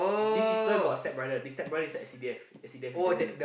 this sister got stepbrother this stepbrother is a S_C_D_F S_C_D_F lieutenant